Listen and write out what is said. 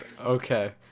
Okay